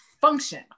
function